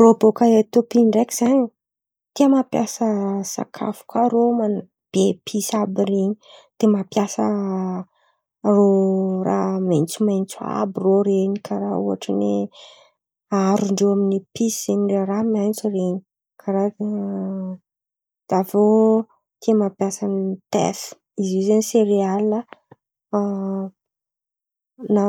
Rô bòka Etiôpy ndreky zen̈y, tia mampiasa sakafo kà rô be episy àby reny. Tia mampiasa rô raha maintsomaintso àby rô ren̈y karà ohatran'ny aharondrô amin'ny episy zen̈y raha maintso reny karazan̈a. De aviô tia mampiasa tef, izy io zen̈y serealy na